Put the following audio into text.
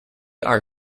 are